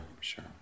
sure